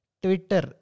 Twitter